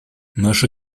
наше